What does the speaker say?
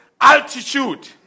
altitude